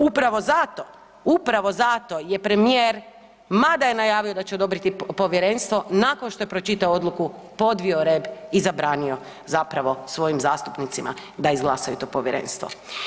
Upravo zato, upravo zato je premijer mada je najavio da će odobriti povjerenstvo, nakon što je pročitao odluku podvio rep i zabranio zapravo svojim zastupnicima da izglasaju to povjerenstvo.